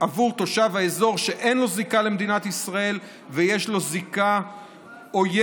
עבור תושב האזור שאין לו זיקה למדינת ישראל ויש לו זיקה עוינת